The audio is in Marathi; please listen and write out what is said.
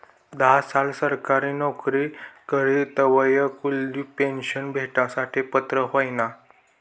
धा साल सरकारी नवकरी करी तवय कुलदिप पेन्शन भेटासाठे पात्र व्हयना